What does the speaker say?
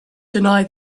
deny